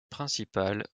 principale